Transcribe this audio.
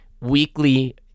weekly